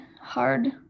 hard